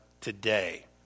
today